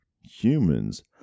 humans